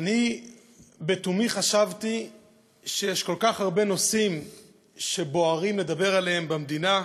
אני לתומי חשבתי שיש כל כך הרבה נושאים שבוער לדבר עליהם במדינה,